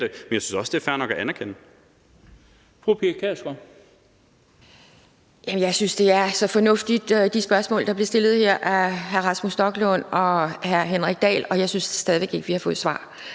men jeg synes også, det er fair nok at anerkende.